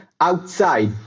outside